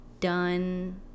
done